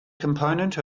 component